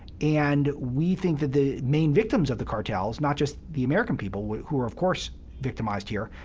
and we think that the main victims of the cartels, not just the american people who are of course victimized here,